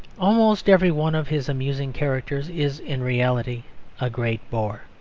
almost every one of his amusing characters is in reality a great bore.